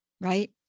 right